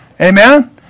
Amen